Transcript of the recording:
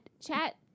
chat